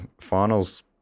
finals